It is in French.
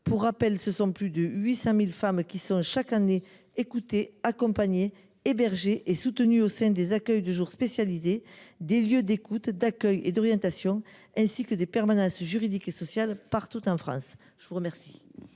Pour mémoire, plus de 800 000 femmes sont chaque année écoutées, accompagnées, hébergées et soutenues au sein des centres d’accueil de jour spécialisés, des lieux d’écoute, d’accueil et d’orientation (LEAO) ainsi que des permanences juridiques et sociales partout en France. Quel